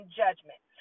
judgment